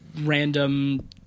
random